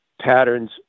patterns